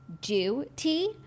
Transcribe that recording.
Duty